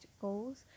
goals